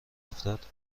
افتاد